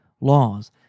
laws